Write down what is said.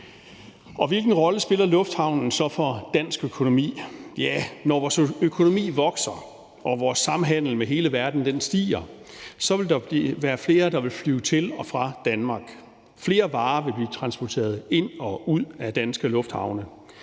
Hvilken rolle spiller lufthavnen så for dansk økonomi? Ja, når vores økonomi vokser og vores samhandel med hele verden stiger, vil der være flere, der vil flyve til og fra Danmark. Flere varer vil blive transporteret ind og ud af danske lufthavne.